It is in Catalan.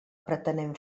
pretenem